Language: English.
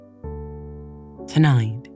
Tonight